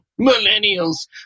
millennials